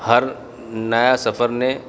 ہر نیا سفر نے